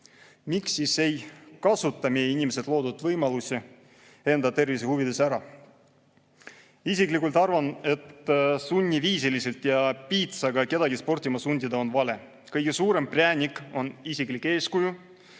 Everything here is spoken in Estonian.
Miks siis ei kasuta meie inimesed neile loodud võimalusi enda tervise huvides ära? Mina isiklikult arvan, et sunniviisiliselt ja piitsaga kedagi sportima sundida on vale. Kõige suurem präänik on isiklik eeskuju